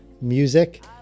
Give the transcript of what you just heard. music